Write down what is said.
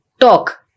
talk